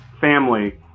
family